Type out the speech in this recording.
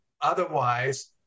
Otherwise